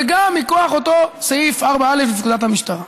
וגם מכוח אותו סעיף 4א לפקודת המשטרה.